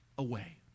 away